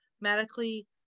medically